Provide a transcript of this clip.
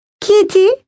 kitty